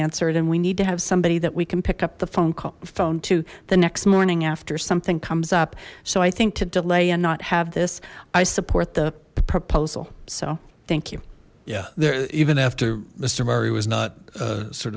answered and we need to have somebody that we can pick up the phone call phone to the next morning after something comes up so i think to delay and not have this i support the proposal so thank you yeah there even after mister murray was not sort